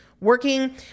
working